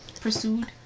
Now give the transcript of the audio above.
pursued